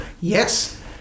yes